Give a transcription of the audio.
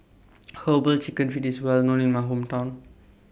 Herbal Chicken Feet IS Well known in My Hometown